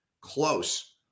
close